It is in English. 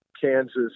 Kansas